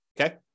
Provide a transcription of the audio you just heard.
okay